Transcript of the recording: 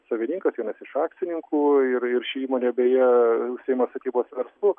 savininkas vienas iš akcininkų ir ir ši įmonė beje užsiima statybos verslu